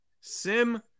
Sim